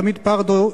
תמיר פרדו,